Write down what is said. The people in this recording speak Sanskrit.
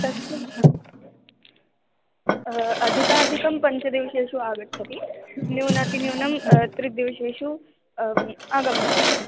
तस्य अधिकाधिकं पञ्चदिवसेषु आगच्छति न्यूनातिन्यूनं त्रिदिवसेशु आगम्यते